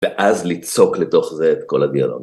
ואז לצעוק לתוך זה את כל הדיאלוג.